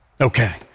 Okay